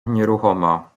nieruchoma